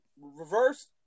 Reverse